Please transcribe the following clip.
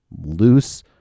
loose